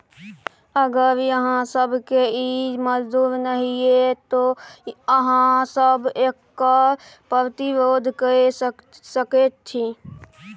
अगर अहाँ सभकेँ ई मजूर नहि यै तँ अहाँ सभ एकर प्रतिरोध कए सकैत छी